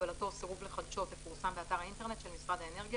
הגבלתו או סירוב לחדשו תפורסם באתר האינטרנט של משרד האנרגיה,